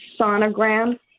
sonogram